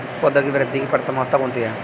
पौधों की वृद्धि की प्रथम अवस्था कौन सी है?